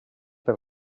per